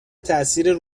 تأثیر